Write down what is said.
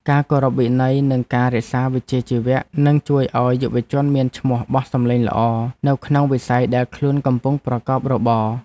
ការគោរពវិន័យនិងការរក្សាវិជ្ជាជីវៈនឹងជួយឱ្យយុវជនមានឈ្មោះបោះសម្លេងល្អនៅក្នុងវិស័យដែលខ្លួនកំពុងប្រកបរបរ។